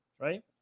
right